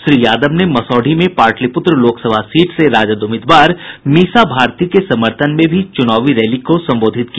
श्री यादव ने मसौढ़ी में पाटलिपूत्र लोकसभा सीट से राजद उम्मीदवार मीसा भारती के समर्थन में भी चुनावी रैली को संबोधित किया